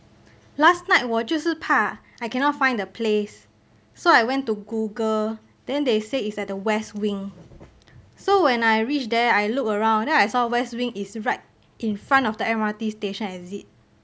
last night 我就是怕 I cannot find the place so I went to google then they say is at the west wing so when I reach there I looked around then I saw west wing is right in front of the M_R_T station exit